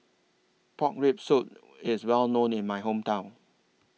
Pork Rib Soup IS Well known in My Hometown